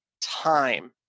time